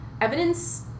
Evidence